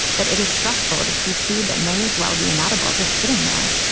but it is stressful to see food that may as well be inedible just sitting there.